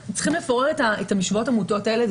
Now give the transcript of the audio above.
צריך לפורר את המשוואות המוטעות האלה.